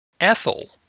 Ethel